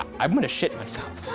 i'm gonna shit myself.